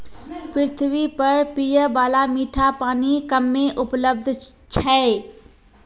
पृथ्वी पर पियै बाला मीठा पानी कम्मे उपलब्ध छै